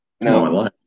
no